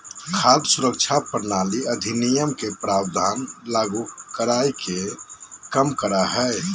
खाद्य सुरक्षा प्रणाली अधिनियम के प्रावधान लागू कराय के कम करा हइ